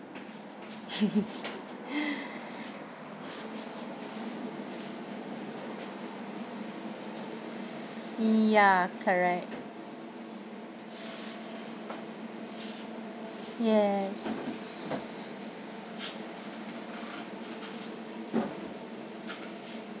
ya correct yes